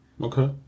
Okay